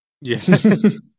Yes